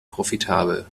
profitabel